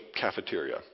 cafeteria